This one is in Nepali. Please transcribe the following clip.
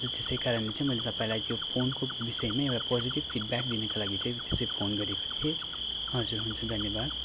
हजुर त्यसै कारणले चाहिँ मैले तपाईँलाई त्यो फोनको विषयमा एउटा पोजेटिभ फिटब्याग दिनुको लागि फोन गरेको थिएँ हजुर हुन्छ धन्यवाद